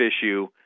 issue